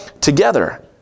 together